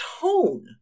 tone